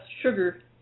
sugar